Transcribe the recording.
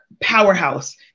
powerhouse